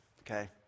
Okay